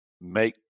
make